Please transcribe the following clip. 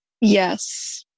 Yes